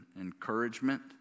encouragement